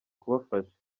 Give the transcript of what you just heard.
kubafasha